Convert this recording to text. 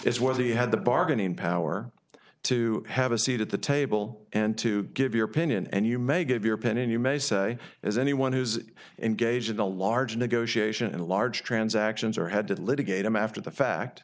is whether you had the bargaining power to have a seat at the table and to give your opinion and you may give your opinion you may say as anyone who's engaged in a large negotiation in a large transactions or had to litigate them after the fact